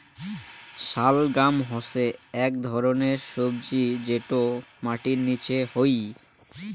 শালগাম হসে আক ধরণের সবজি যটো মাটির নিচে হই